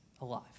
alive